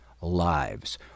lives